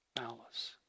malice